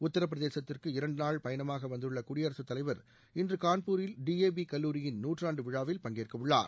உத்தரப்பிரதேசத்திற்கு இரண்டு நாள் பயணமாக வந்துள்ள குடியரகத் தலைவர் இன்று கான்பூரில் டி எ வி கல்லூரியின் நூற்றாண்டு விழாவில் பங்கேற்க உள்ளார்